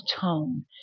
tone